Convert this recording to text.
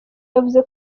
yavuze